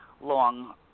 long